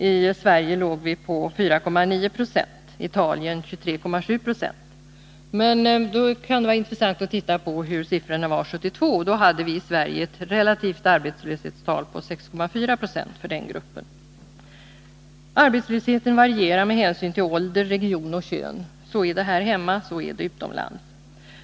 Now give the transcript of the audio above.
I Sverige låg vi på 4,9 20, Italien hade 23,7 96. 1972 hade vi i Sverige ett relativt arbetslöshetstal på 6,4 26 för den gruppen. Arbetslösheten varierar med hänsyn till ålder, region och kön.